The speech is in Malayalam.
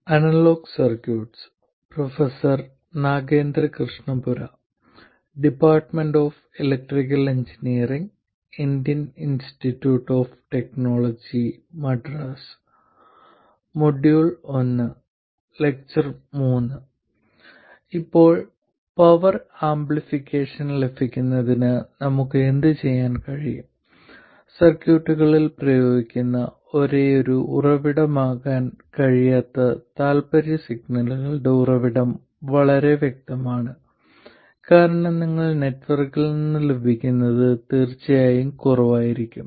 ഇപ്പോൾ പവർ ആംപ്ലിഫിക്കേഷൻ ലഭിക്കുന്നതിന് നമുക്ക് എന്തുചെയ്യാൻ കഴിയും സർക്യൂട്ടുകളിൽ പ്രയോഗിക്കുന്ന ഒരേയൊരു ഉറവിടമാകാൻ കഴിയാത്ത താൽപ്പര്യ സിഗ്നലുകളുടെ ഉറവിടം വളരെ വ്യക്തമാണ് കാരണം നിങ്ങൾക്ക് നെറ്റ്വർക്കിൽ നിന്ന് ലഭിക്കുന്നത് തീർച്ചയായും കുറവായിരിക്കും